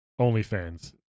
OnlyFans